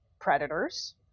predators